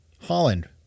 Holland